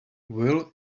will